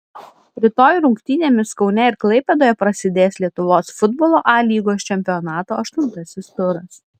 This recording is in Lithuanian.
rytoj rungtynėmis kaune ir klaipėdoje prasidės lietuvos futbolo a lygos čempionato aštuntasis turas